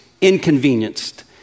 inconvenienced